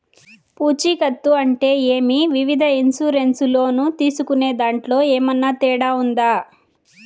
పూచికత్తు అంటే ఏమి? వివిధ ఇన్సూరెన్సు లోను తీసుకునేదాంట్లో ఏమన్నా తేడా ఉందా?